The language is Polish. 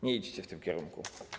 Nie idźcie w tym kierunku.